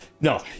no